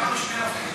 למה זה הכלל?